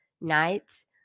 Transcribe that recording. nights